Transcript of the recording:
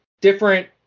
Different –